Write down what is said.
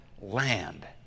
land